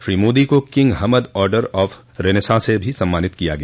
श्री मोदी को king Hamad order of renaissance से सम्मानित किया गया